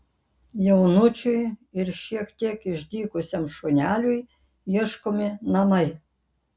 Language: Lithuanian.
jaunučiui ir šiek tiek išdykusiam šuneliui ieškomi namai